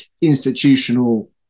institutional